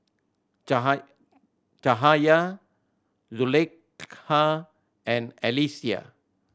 Caha Cahaya Zulaikha and Alyssa